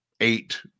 eight